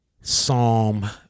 Psalm